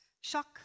Shock